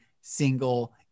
single